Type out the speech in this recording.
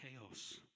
chaos